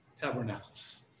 Tabernacles